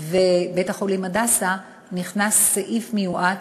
ובית-החולים "הדסה" נכנס סעיף מיועד,